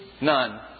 none